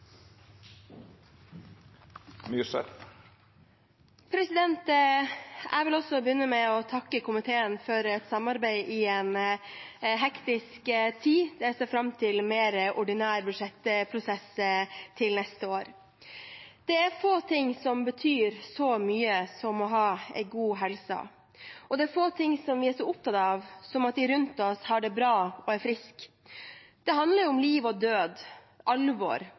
en mer ordinær budsjettprosess til neste år. Det er få ting som betyr så mye som å ha god helse. Og det er få ting vi er så opptatt av som at de rundt oss har det bra og er friske. Det handler om liv og død – alvor